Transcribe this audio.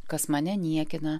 kas mane niekina